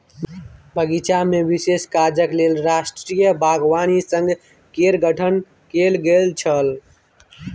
बगीचामे विशेष काजक लेल राष्ट्रीय बागवानी संघ केर गठन कैल गेल छल